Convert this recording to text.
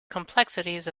complexities